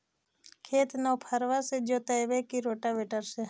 खेत नौफरबा से जोतइबै की रोटावेटर से?